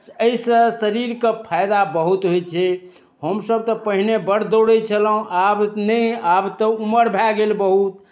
एहिसँ शरीरकेँ फायदा बहुत होइ छै हमसभ तऽ पहिने बड्ड दौड़ै छलहुँ आब नहि आब तऽ उमर भए गेल बहुत